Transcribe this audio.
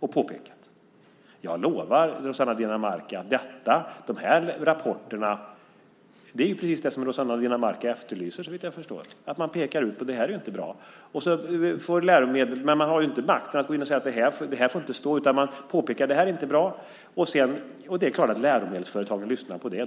och kommit med påpekanden. De rapporterna är, såvitt jag förstår, precis det som Rossana Dinamarca efterlyser. Man pekar ut vad som inte är bra, men man har ju inte makten att säga att så här får det inte stå. Man påpekar vad som inte är bra. Det är klart att läromedelsförlagen lyssnar på det.